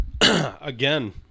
again